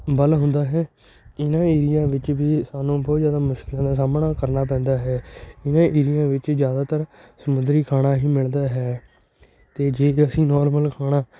ਵੱਲ ਹੁੰਦਾ ਹੈ ਇਹਨਾਂ ਏਰੀਆ ਵਿੱਚ ਵੀ ਸਾਨੂੰ ਬਹੁਤ ਜ਼ਿਆਦਾ ਮੁਸ਼ਕਿਲਾਂ ਦਾ ਸਾਹਮਣਾ ਕਰਨਾ ਪੈਂਦਾ ਹੈ ਜਿਵੇਂ ਵਿੱਚ ਜ਼ਿਆਦਾਤਰ ਸਮੁੰਦਰੀ ਖਾਣਾ ਹੀ ਮਿਲਦਾ ਹੈ ਅਤੇ ਜੇ ਅਸੀਂ ਨੋਰਮਲ ਖਾਣਾ